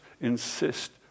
insist